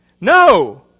No